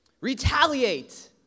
Retaliate